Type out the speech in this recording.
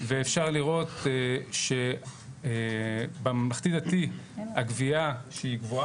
ואפשר לראות שבממלכתי דתי הגבייה שהיא גבוה